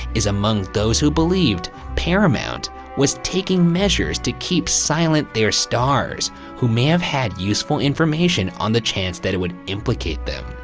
is among those who believed paramount was taking measures to keep silent their stars who may have had useful information on the chance that it would implicate them.